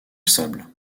sable